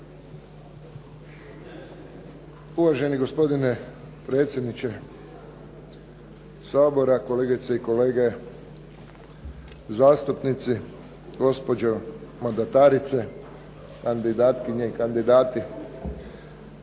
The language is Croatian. Uvaženi gospodine predsjedniče Sabora, kolegice i kolege zastupnici, gospođo mandatarice, kandidatkinje i kandidati